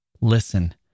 Listen